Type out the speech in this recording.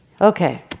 Okay